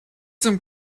some